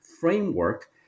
framework